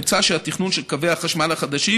מוצע שהתכנון של קווי החשמל החדשים